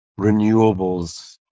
renewables